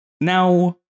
Now